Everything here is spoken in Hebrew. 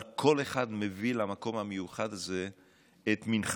אבל כל אחד מביא למקום המיוחד הזה את מנחתו,